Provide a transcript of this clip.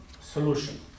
solution